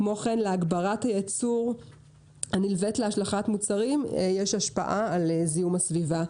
כמו כן להגברת הייצור הנלווית להשלכת מוצרים יש השפעה על זיהום הסביבה.